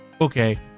okay